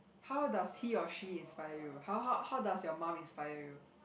how does he or she inspire you how how how does your mum inspire you